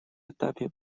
этапе